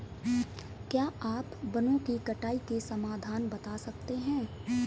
क्या आप वनों की कटाई के समाधान बता सकते हैं?